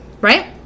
right